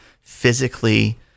physically